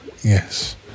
Yes